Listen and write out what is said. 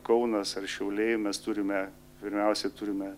kaunas ar šiauliai mes turime pirmiausia turime